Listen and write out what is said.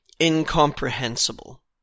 incomprehensible